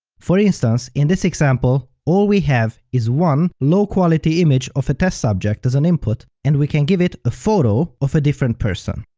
for instance, in this example, all we have is one low-quality image of a test subject as an input, and we can give it a photo of a different person.